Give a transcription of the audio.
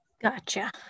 Gotcha